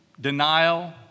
denial